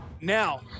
now